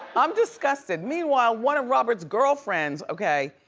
i'm disgusted. meanwhile, one of robert's girlfriends, okay,